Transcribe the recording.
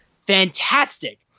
Fantastic